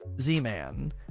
Z-Man